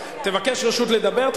אבל המשמעות היא שכל החוק חוזר לוועדת